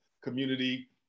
community